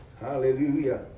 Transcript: Hallelujah